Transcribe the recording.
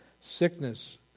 Sickness